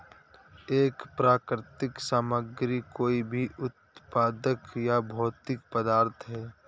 एक प्राकृतिक सामग्री कोई भी उत्पाद या भौतिक पदार्थ है